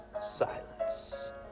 silence